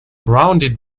rounded